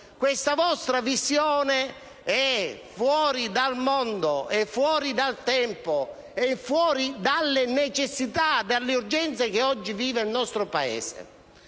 questa vostra visione è fuori dal mondo, fuori dal tempo e lontana dalle necessità e dalle urgenze che oggi vive il nostro Paese.